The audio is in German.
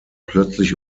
plötzlich